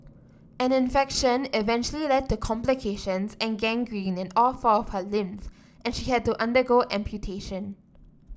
an infection eventually led to complications and gangrene in all four of her limbs and she had to undergo amputation